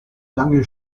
lange